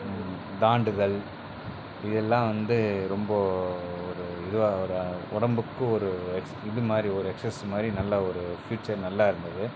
தாண்டுதல் இதெல்லாம் வந்து ரொம்ப ஒரு இதுவாக ஒரு உடம்புக்கு ஒரு இதுமாதிரி ஒரு எக்ஸைஸ் மாதிரி நல்ல ஒரு ஃபியூச்சர் நல்லாயிருந்துது